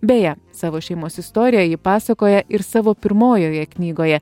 beje savo šeimos istoriją ji pasakoja ir savo pirmojoje knygoje